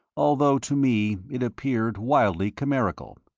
although to me it appeared wildly chimerical,